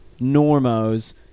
normos